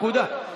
נקודה.